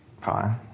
Fine